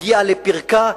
הגיעה לפרקה.